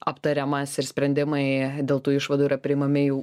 aptariamas ir sprendimai dėl tų išvadų yra priimami jau